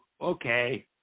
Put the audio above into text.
okay